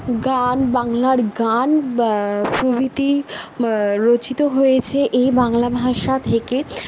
গান বাংলার গান বা প্রভৃতি রচিত হয়েছে এই বাংলা ভাষা থেকে